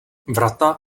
vrata